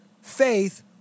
faith